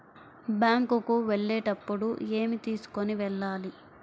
Bank కు వెళ్ళేటప్పుడు ఏమి తీసుకొని వెళ్ళాలి?